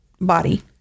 body